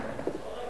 העבודה,